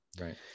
right